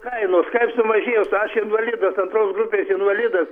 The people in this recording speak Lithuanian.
kainos kaip sumažėjo su aš invalidas antros grupės invalidas